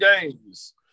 games